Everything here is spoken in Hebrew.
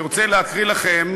אני רוצה להקריא לכם